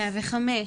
105,